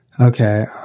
Okay